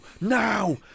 now